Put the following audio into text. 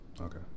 Okay